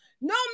no